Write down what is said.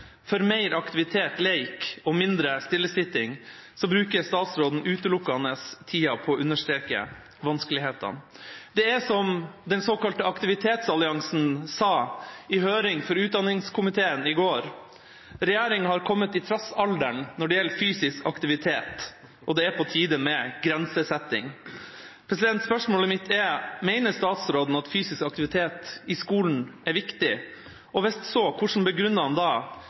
for mer aktivitet, lek og mindre stillesitting, bruker statsråden tiden utelukkende på å understreke vanskelighetene. Det er som den såkalte aktivitetsalliansen sa i høringen til utdanningskomiteen i går: Regjeringen har kommet i trassalderen når det gjelder fysisk aktivitet, og det er på tide med grensesetting. Spørsmålet mitt er: Mener statsråden fysisk aktivitet i skolen er viktig? Hvis det er slik, hvordan begrunner han